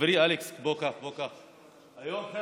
חברי אלכס, בוא קח, בוא, קח, קח